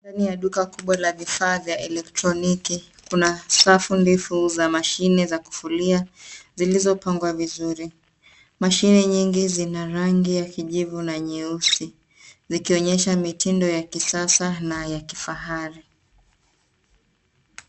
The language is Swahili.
Ndani ya duka kubwa la vifaa vya elektroniki, kuna safu ndefu za mashine za kufulia zilizo pangwa vizuri. Mashine nyingi zina rangi ya kijivu na nyeusi, zikionyesha mitindo ya kisasa na ya kifahari.